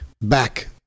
back